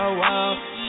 wow